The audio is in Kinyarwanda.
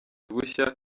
bushya